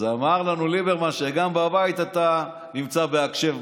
אז אמר לנו ליברמן שגם בבית אתה נמצא בהקשב,